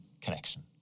connection